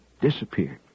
Disappeared